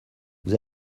vous